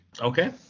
Okay